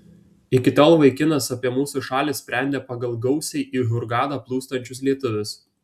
iki tol vaikinas apie mūsų šalį sprendė pagal gausiai į hurgadą plūstančius lietuvius